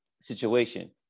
situation